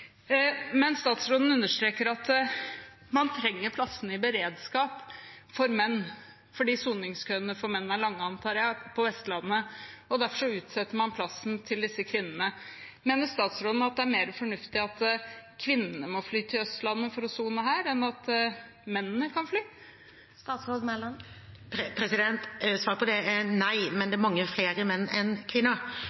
Men statsråden understreker at man trenger plassene i beredskap for menn, fordi soningskøene for menn er lange på Vestlandet, antar jeg, og derfor utsetter man plassene til disse kvinnene. Mener statsråden det er mer fornuftig at kvinnene må fly til Østlandet for å sone her enn at mennene kan fly? Svaret på det er nei, men